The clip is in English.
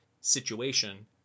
situation